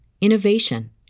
innovation